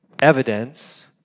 evidence